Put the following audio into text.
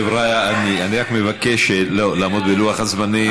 חבריא, אני רק מבקש לעמוד בלוח הזמנים.